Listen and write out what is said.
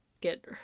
get